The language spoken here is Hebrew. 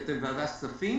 כי אתם ועדת הכספים,